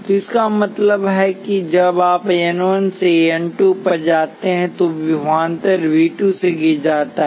तो इसका मतलब है कि जब आप n 1 से n 2 पर जाते हैं तोविभवांतर V 2 से गिर जाता है